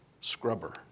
scrubber